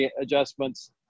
adjustments